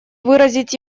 выразить